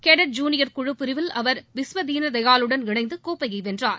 cadet junior குழு பிரிவில் அவர் விஸ்வதீனதயாளனுடன் இணைந்து கோப்பையை வென்றார்